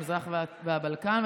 המזרח והבלקן,